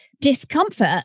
discomfort